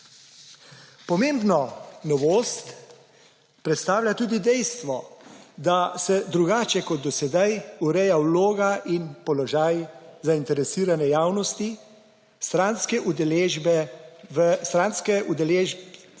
Pomembno novost predstavlja tudi dejstvo, da se drugače kot do sedaj ureja vloga in položaj zainteresirane javnosti, stranska udeležba